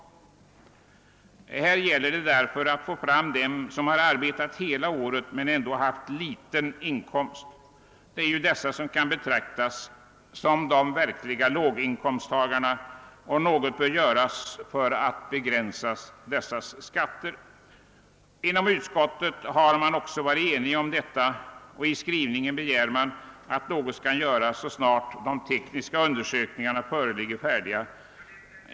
Här gäller det därför att hjälpa dem som arbetat hela året men ändå haft liten inkomst. Det är ju dessa som kan betraktas som de verkliga lågin komsttagarna, och något bör göras för att begränsa deras skatter. Utskottet har också varit enigt på denna punkt och i skrivningen begärt att något skall göras så snart behövliga tekniska undersökningar är färdiga.